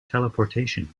teleportation